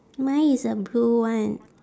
mine is a blue one